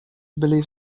belief